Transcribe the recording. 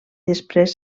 després